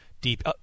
Deep